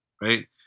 right